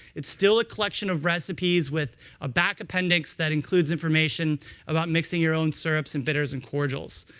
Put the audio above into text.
it's still a collection of recipes with a back appendix that includes information about mixing your own syrups and bitters, and cordials.